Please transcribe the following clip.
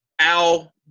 Al